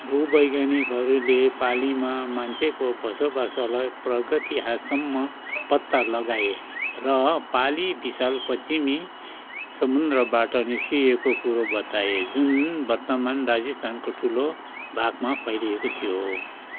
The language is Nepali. भूवैज्ञानिकहरूले पालीमा मान्छेको बसोबासोलाई प्रागितिहाससम्म पत्ता लगाए र पाली विशाल पश्चिमी समुद्रबाट निस्किएको कुरो बताए जुन वर्तमान राजस्थानको ठुलो भागमा फैलिएको थियो